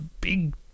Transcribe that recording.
big